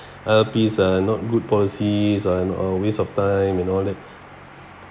I_L_P are not good policies are a waste of time and all that